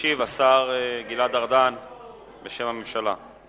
ישיב השר גלעד ארדן בשם הממשלה.